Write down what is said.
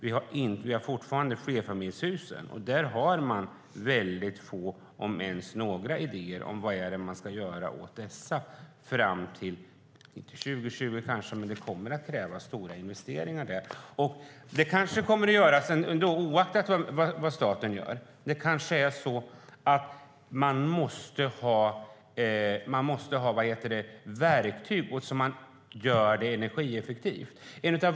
Vi har fortfarande flerfamiljshusen. Där har man få, om ens några, idéer om vad som ska göras åt dem fram till 2020. Det kommer att krävas stora investeringar. De kanske kommer att krävas oavsett vad staten gör. Det måste finnas verktyg så att det blir energieffektivt.